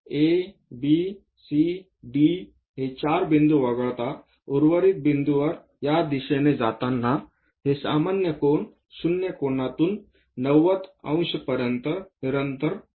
A B C D हे चार बिंदू वगळताउर्वरित बिंदूंवर या दिशेने जाताना हे सामान्य कोन 0 कोनातून 90° पर्यंत निरंतर वाढतात